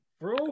bro